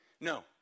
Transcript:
No